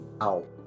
Ow